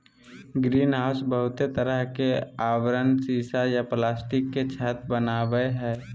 greenhouse बहुते तरह के आवरण सीसा या प्लास्टिक के छत वनावई हई